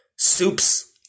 Soups